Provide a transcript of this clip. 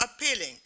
appealing